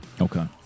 Okay